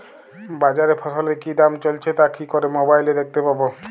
বাজারে ফসলের কি দাম চলছে তা কি করে মোবাইলে দেখতে পাবো?